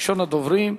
ראשון הדוברים,